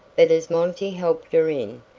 but as monty helped her in,